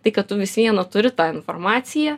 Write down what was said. tai kad tu vis viena turi tą informaciją